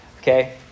okay